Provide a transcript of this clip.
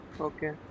Okay